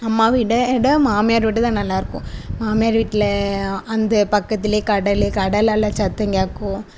அம்மா வீடை விட மாமியார் வீடு தான் நல்லா இருக்கும் மாமியார் வீட்டில அந்த பக்கத்திலயே கடல் கடல் அலை சத்தம் கேட்கும்